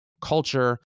culture